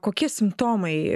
kokie simptomai